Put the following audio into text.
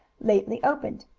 lately opened.